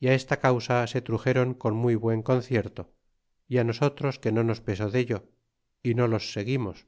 y esta causa se truxéron con muy buen concierto y nosotros que no nos pesó dello y no losseguimos